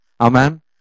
Amen